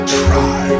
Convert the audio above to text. try